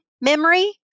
memory